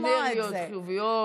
אנרגיות חיוביות.